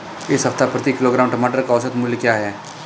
इस सप्ताह प्रति किलोग्राम टमाटर का औसत मूल्य क्या है?